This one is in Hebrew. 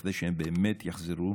כדי שהם באמת יחזרו.